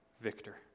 victor